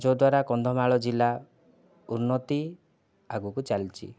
ଯଦ୍ୱାରା କନ୍ଧମାଳ ଜିଲ୍ଲା ଉନ୍ନତି ଆଗକୁ ଚାଲିଛି